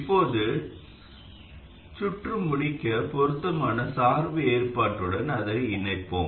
இப்போது சுற்று முடிக்க பொருத்தமான சார்பு ஏற்பாட்டுடன் அதை இணைப்போம்